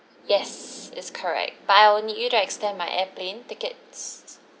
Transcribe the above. yes is correct but I will need you to extend my airplane tickets